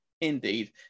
indeed